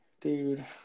Dude